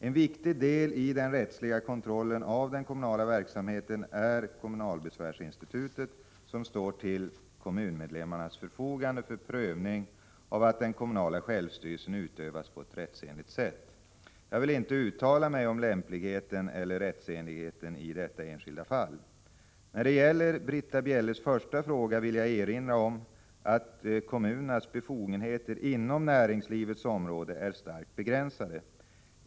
En viktig del i den rättsliga kontrollen av den kommunala verksamheten är kommunalbesvärsinstitutet, som står till kommunmedlemmarnas förfogande för prövning av att den kommunala självstyrelsen utövas på rättsenligt sätt. Jag vill inte uttala mig om lämpligheten eller rättsenligheten i detta enskilda fall. När det gäller Britta Bjelles första fråga vill jag erinra om att kommunernas befogenheter inom näringslivets område är starkt begränsade.